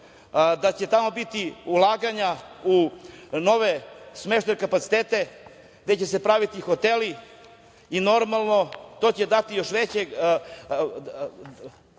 da će tamo biti ulaganja u nove smeštajne kapacitete, gde će se praviti hoteli. To će dati još veće